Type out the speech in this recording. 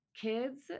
Kids